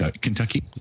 kentucky